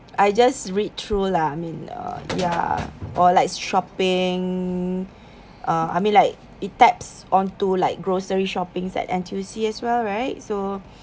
I just read through lah I mean uh ya or like shopping uh I mean like it taps onto like grocery shopping at N_T_U_C well right so